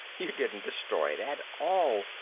you didn't destroy it at all.